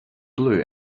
blue